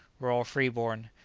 were all free-born,